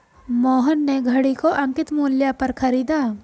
मोहन ने घड़ी को अंकित मूल्य पर खरीदा